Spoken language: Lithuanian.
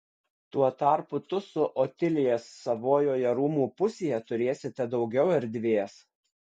tuo tarpu tu su otilija savojoje rūmų pusėje turėsite daugiau erdvės